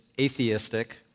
atheistic